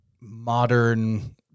modern